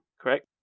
correct